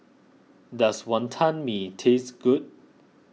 does Wonton Mee taste good